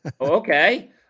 Okay